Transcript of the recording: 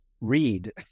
read